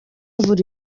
umunsi